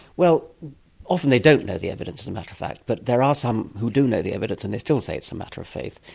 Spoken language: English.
often they don't know the evidence, as a matter of fact, but there are some who do know the evidence and they still say it's a matter of faith.